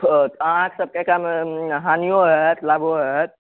आठ सए टका मे हानियो होयत लाभो होयत